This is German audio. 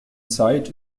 zeit